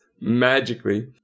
magically